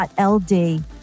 LD